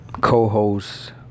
co-host